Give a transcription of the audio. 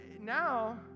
Now